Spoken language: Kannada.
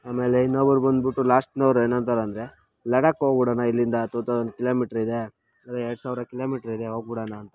ಆಮೇಲೆ ಇನ್ನೊಬ್ಬರು ಬಂದ್ಬಿಟ್ಟು ಲಾಸ್ಟ್ನವ್ರು ಏನಂತಾರೆ ಅಂದರೆ ಲಡಾಖ್ ಹೋಗಿ ಬಿಡೋಣ ಇಲ್ಲಿಂದ ಟೂ ತೌಸಂಡ್ ಕೀಲೋಮೀಟ್ರಿದೆ ಎರಡು ಸಾವಿರ ಕಿಲೋಮೀಟ್ರಿದೆ ಹೋಗಿ ಬಿಡೋಣ ಅಂತ